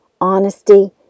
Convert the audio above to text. honesty